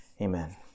Amen